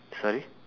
sorry